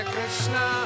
Krishna